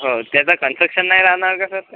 हो त्याचं कन्सक्शन नाही राहणार का सर ते